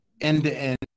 end-to-end